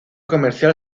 comercial